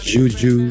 Juju